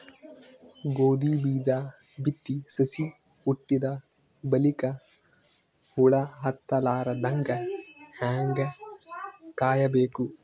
ಗೋಧಿ ಬೀಜ ಬಿತ್ತಿ ಸಸಿ ಹುಟ್ಟಿದ ಬಲಿಕ ಹುಳ ಹತ್ತಲಾರದಂಗ ಹೇಂಗ ಕಾಯಬೇಕು?